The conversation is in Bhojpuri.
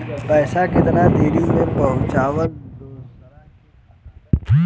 पैसा कितना देरी मे पहुंचयला दोसरा के खाता मे?